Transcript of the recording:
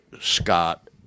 Scott